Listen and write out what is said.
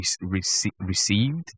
received